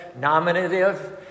nominative